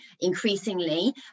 increasingly